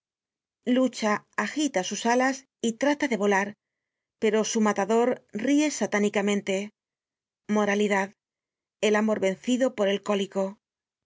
lucha agita sus alas y trata de volar pero su matador ríe satánicamente moralidad el amor vencido por el cólico